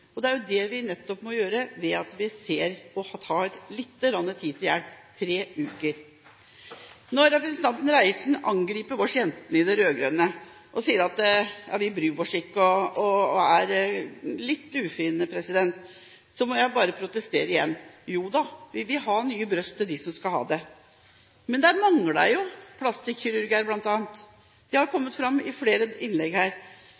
Og det er nettopp det vi gjør ved at vi tar litt tid til hjelp, dvs. tre uker. Når representanten Reiertsen angriper oss jentene i de rød-grønne partiene og sier at vi ikke bryr oss og er litt ufine, må jeg bare protestere igjen: Vi vil ha nye bryst til dem som skal ha det, men det mangler jo bl.a. plastikkirurger – det har kommet fram i flere innlegg her